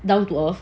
down to earth